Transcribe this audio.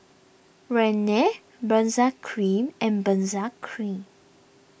Rene Benzac Cream and Benzac Cream